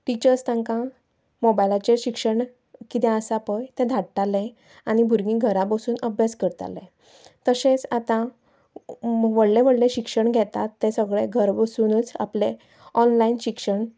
teachers तांकां मोबायलाचेर शिक्षण किदें आसा पय तें धाडटाले आनी भुरगीं घरा बसून अब्यास करताले तशेंच आतां व्हडले व्हडले शिक्षण घेतात ते घरा बसुनूच सगले आपले ऑनलायन शिक्षण